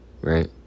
Right